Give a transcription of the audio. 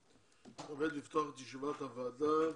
אני מתכבד לפתוח את ישיבת הוועדה